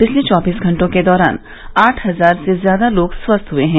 पिछले चौबीस घंटों के दौरान आठ हजार से ज्यादा लोग स्वस्थ हुए हैं